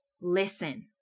listen